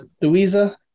Louisa